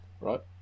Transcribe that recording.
right